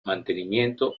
mantenimiento